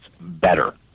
better